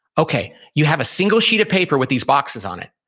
okay. you have a single sheet of paper with these boxes on it.